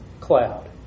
cloud